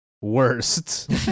worst